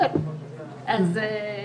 אני